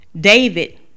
David